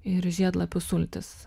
ir žiedlapių sultis